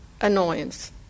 annoyance